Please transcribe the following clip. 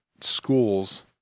schools